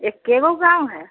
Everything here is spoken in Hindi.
एक्के गो गाँव है